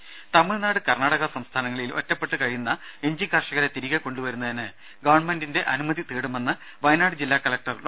ദേദ തമിഴ്നാട് കർണാടക സംസ്ഥാനങ്ങളിൽ ഒറ്റപ്പെട്ട് കഴിയുന്ന ഇഞ്ചി കർഷകരെ തിരികെ കൊണ്ടുവരുന്നതിന് ഗവൺമെന്റിന്റെ അനുമതി തേടുമെന്ന് വയനാട് ജില്ലാ കളക്ടർ ഡോ